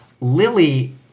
Lily